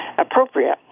appropriate